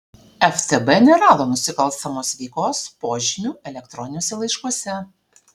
ftb nerado nusikalstamos veikos požymių elektroniniuose laiškuose